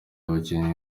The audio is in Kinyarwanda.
abakinnyi